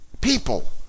People